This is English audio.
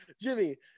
Jimmy